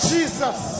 Jesus